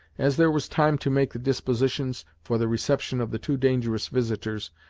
as there was time to make the dispositions for the reception of the two dangerous visitors,